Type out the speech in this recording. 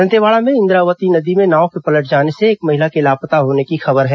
दंतेवाड़ा में इंद्रावती नदी में नाव के पलट जाने से एक महिला के लापता होने की खबर है